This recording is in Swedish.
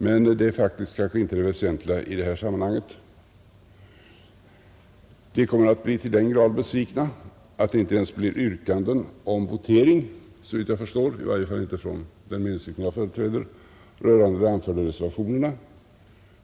Men det är faktiskt kanske inte det väsentliga i det här sammanhanget. De kommer att finna anledning till så mycket större besvikelse som det inte ens blir yrkanden om votering såvitt jag förstår — i varje fall inte från den meningsriktning jag företräder — rörande de avgivna reservationerna.